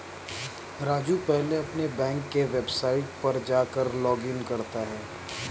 राजू पहले अपने बैंक के वेबसाइट पर जाकर लॉगइन करता है